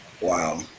Wow